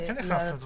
כן נכנסתם לתוספות.